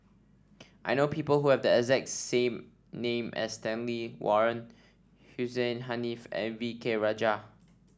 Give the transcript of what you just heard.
I know people who have the exact same name as Stanley Warren Hussein Haniff and V K Rajah